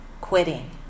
quitting